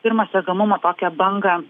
pirmą sergamumo tokią bangą